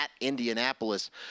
Indianapolis